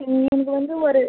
எனக்கு வந்து ஒரு